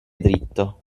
dritto